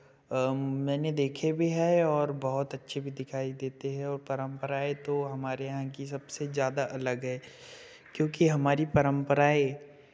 मैंने देखे भी हैं और बहुत अच्छे भी दिखाई देते हैं और परंपराए तो हमारे यहाँ की सबसे ज़्यादा अलग हैं क्योंकि हमारी परंपराएं